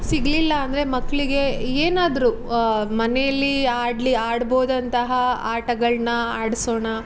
ಸಿಗಲಿಲ್ಲ ಅಂದರೆ ಮಕ್ಕಳಿಗೆ ಏನಾದರೂ ಮನೆಯಲ್ಲಿ ಆಡಳಿ ಆಡ್ಬೋದಂತಹ ಆಟಗಳನ್ನ ಆಡಿಸೋಣ